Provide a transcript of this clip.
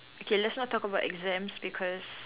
okay let's not talk about exams because